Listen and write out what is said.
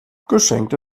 geschenkt